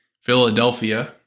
Philadelphia